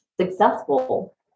successful